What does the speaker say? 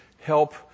help